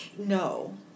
No